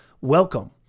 Welcome